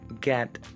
get